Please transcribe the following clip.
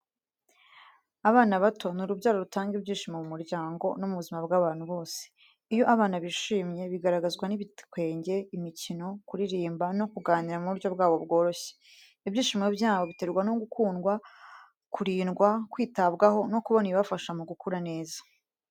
Abana bato ni urubyaro rutanga ibyishimo mu muryango no mu buzima bw’abantu bose. Iyo abana bishimye, bigaragazwa n’ibitwenge, imikino, kuririmba no kuganira mu buryo bwabo bworoshye. Ibyishimo byabo biterwa no gukundwa, kurindwa, kwitabwaho no kubona ibibafasha gukura neza.